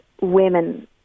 women